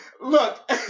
Look